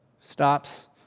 stops